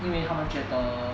因为他们觉得